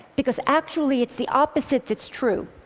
because actually it's the opposite that's true.